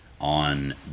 On